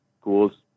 schools